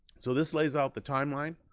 so this lays out the timeline.